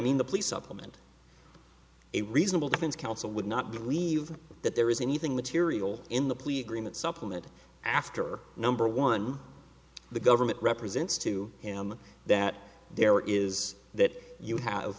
mean the police up moment a reasonable defense counsel would not believe that there is anything material in the plea agreement supplement after number one the government represents to him that there is that you have